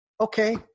okay